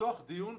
לפתוח דיון.